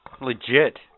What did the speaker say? Legit